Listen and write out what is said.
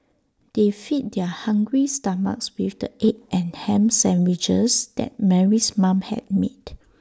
they fed their hungry stomachs with the egg and Ham Sandwiches that Mary's mom had made